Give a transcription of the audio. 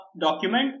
document